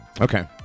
Okay